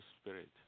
spirit